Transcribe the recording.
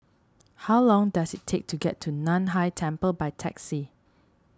how long does it take to get to Nan Hai Temple by taxi